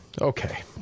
Okay